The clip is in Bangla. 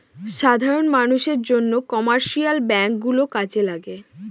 সাধারন মানষের জন্য কমার্শিয়াল ব্যাঙ্ক গুলো কাজে লাগে